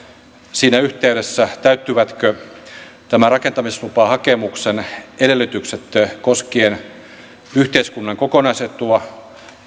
siinä yhteydessä täyttyvätkö nämä rakentamislupahakemuksen edellytykset koskien yhteiskunnan kokonaisetua